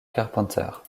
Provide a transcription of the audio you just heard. carpenter